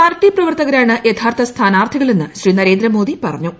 party പ്രവർത്തകരാണ് യഥാർത്ഥ സ്ഥാനാർത്ഥികളെന്ന് ശ്രീ നരേന്ദ്രമോദി പറഞ്ഞു